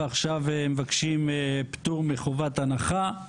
ועכשיו מבקשים פטור מחובת הנחה,